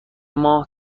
ماه